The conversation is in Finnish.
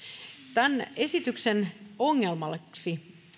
tämän esityksen ongelmaksi